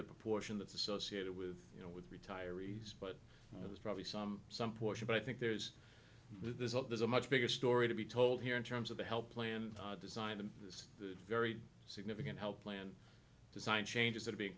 the portion that's associated with you know with retirees but it was probably some some portion but i think there's there's a there's a much bigger story to be told here in terms of the help plan design and the very significant health plan design changes that are being